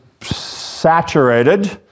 saturated